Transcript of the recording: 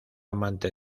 amante